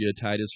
Titus